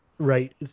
right